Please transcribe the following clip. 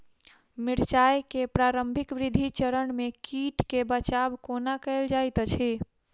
मिर्चाय केँ प्रारंभिक वृद्धि चरण मे कीट सँ बचाब कोना कैल जाइत अछि?